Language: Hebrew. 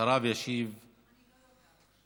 אחריו ישיב השר.